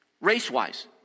race-wise